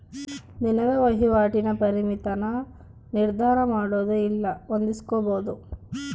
ದಿನದ ವಹಿವಾಟಿನ ಪರಿಮಿತಿನ ನಿರ್ಧರಮಾಡೊದು ಇಲ್ಲ ಹೊಂದಿಸ್ಕೊಂಬದು